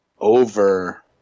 Over